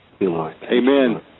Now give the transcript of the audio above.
Amen